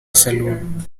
saloon